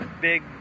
big